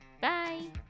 Bye